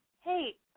hey